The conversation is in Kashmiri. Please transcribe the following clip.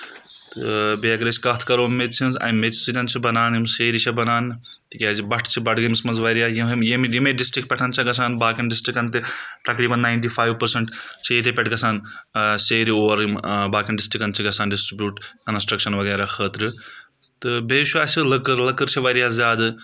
تہٕ بیٚیہِ اگر أسۍ کتھ کرو میژِ ہِنٛز امہِ میژِ سۭتۍ چھِ بنان یِم سیرِ چھ بنان تِکیازِ بَٹھٕ چھِ بڈگٲمِس منٛز واریاہ یِمے ڈسٹرک پؠٹھ چھ گژھان باقین ڈسٹرکن تہِ تقریٖبن ناینٹی فایِو پٔرسنٛٹ چھِ ییٚتہِ پؠٹھ گژھان سیرِ اور یِم باقین ڈسٹرکن چھِ گژھان ڈِسٹربیوٗٹ کنسٹرکشن وغیرہ خٲطرٕ تہٕ بیٚیہِ چھُ اَسہِ لٔکٕر لٔکٕر چھِ واریاہ زیادٕ